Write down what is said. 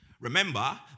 Remember